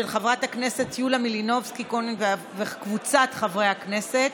של חברת הכנסת יוליה מלינובסקי קונין וקבוצת חברי הכנסת.